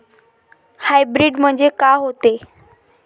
Hybrid म्हनजे का होते?